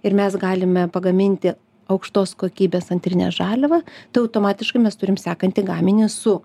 ir mes galime pagaminti aukštos kokybės antrinę žaliavą tai automatiškai mes turim sekantį gaminį su